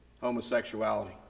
homosexuality